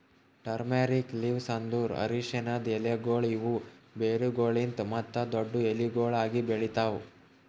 turmeric leaves ಅಂದುರ್ ಅರಶಿನದ್ ಎಲೆಗೊಳ್ ಇವು ಬೇರುಗೊಳಲಿಂತ್ ಮತ್ತ ದೊಡ್ಡು ಎಲಿಗೊಳ್ ಆಗಿ ಬೆಳಿತಾವ್